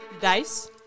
Dice